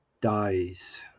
dies